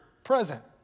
present